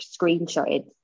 screenshotted